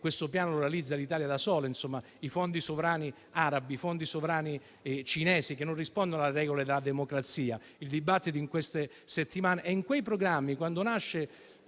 questo Piano lo realizzi l'Italia da sola. I fondi sovrani arabi, i fondi sovrani cinesi non rispondono alle regole della democrazia (è il dibattito di queste settimane). In quei programmi degli